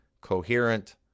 coherent